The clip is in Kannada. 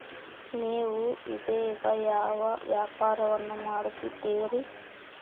ನೇವು ಇದೇಗ ಯಾವ ವ್ಯಾಪಾರವನ್ನು ಮಾಡುತ್ತಿದ್ದೇರಿ?